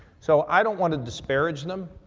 so, i don't want to disparage them,